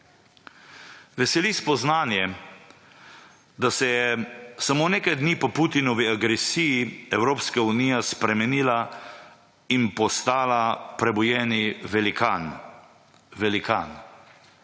Veseli spoznanje, da se je samo nekaj dni po Putinovi agresiji, Evropska unija spremenila in postala prebujeni velikan. V manj